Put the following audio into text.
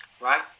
Right